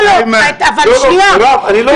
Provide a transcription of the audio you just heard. לא, מירב, אני לא מפריע לו.